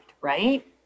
right